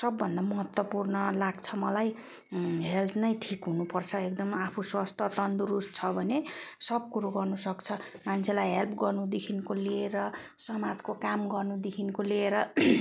सबभन्दा महत्त्वपूर्ण लाग्छ मलाई हेल्थ नै ठिक हुनुपर्छ एकदम आफू स्वस्थ्य तन्दुरुस्त छ भने सब कुरो गर्नुसक्छ मान्छेलाई हेल्प गर्नुदेखिको लिएर समाजको काम गर्नुदेखिको लिएर